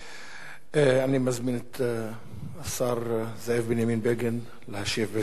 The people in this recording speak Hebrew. אני מזמין את השר זאב בנימין בגין להשיב בשם הממשלה.